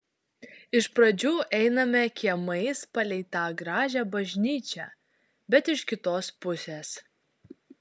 iš pradžių einame kiemais palei tą gražią bažnyčią bet iš kitos pusės